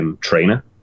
trainer